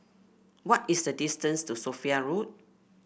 what is the distance to Sophia Road